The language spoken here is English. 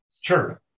Sure